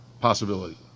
possibility